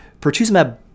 pertuzumab